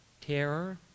terror